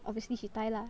obviously she Thai lah